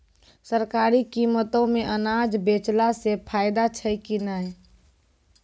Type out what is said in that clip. सरकारी कीमतों मे अनाज बेचला से फायदा छै कि नैय?